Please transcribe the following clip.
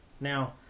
Now